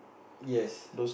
yes